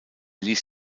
ließ